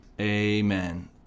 amen